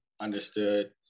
understood